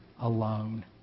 alone